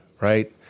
right